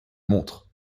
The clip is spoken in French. montre